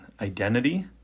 identity